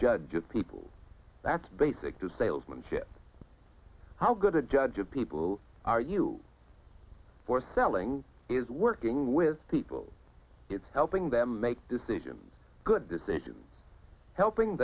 judge of people that's basic to salesmanship how good a judge of people are you for selling is working with people it's helping them make decisions good decisions helping